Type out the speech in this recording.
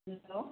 ꯎꯝ hello